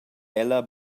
ella